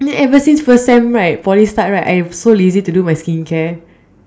then ever since first sem right Poly start right I'm so lazy to do my skincare